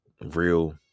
real